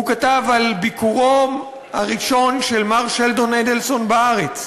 הוא כתב על ביקורו הראשון של מר שלדון אדלסון בארץ,